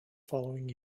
following